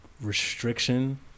restriction